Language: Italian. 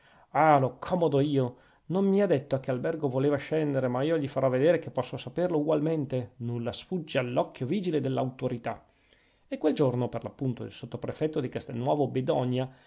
ah lo accomodo io non mi ha detto a che albergo voleva scendere ma io gli farò vedere che posso saperlo ugualmente nulla sfugge all'occhio vigile dell'autorità e quel giorno per l'appunto il sottoprefetto di castelnuovo bedonia